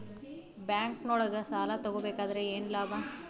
ಬ್ಯಾಂಕ್ನೊಳಗ್ ಸಾಲ ತಗೊಬೇಕಾದ್ರೆ ಏನ್ ಲಾಭ?